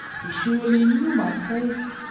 he surely knew my face,